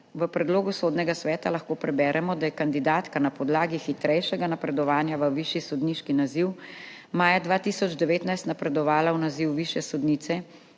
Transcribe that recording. V predlogu Sodnega sveta lahko preberemo, da je kandidatka na podlagi hitrejšega napredovanja v višji sodniški naziv maja 2019 napredovala v naziv višje sodnice